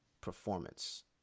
performance